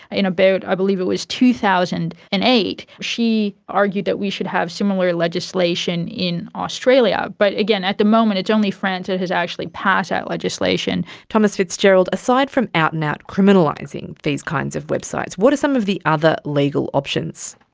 in about i believe it was two thousand and eight, she argued that we should have similar legislation in australia. but again, at the moment it is only france that has actually passed that legislation. tomas fitzgerald, aside from out an out criminalising these kinds of websites, what are some of the other legal options?